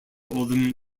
oldham